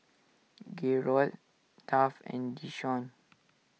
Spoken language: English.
Gerold Taft and Deshawn